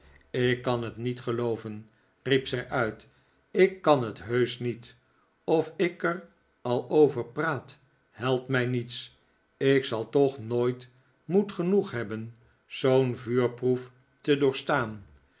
ik kan het niet gelooven riep zij uit ik kan het heusch niet of ik er al over praat helpt mij niets ik zal toch nooit moed genoeg hebben zoo'n vuurproef te doorstaan